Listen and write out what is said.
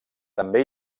també